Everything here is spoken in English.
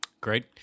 Great